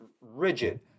rigid